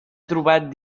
trobat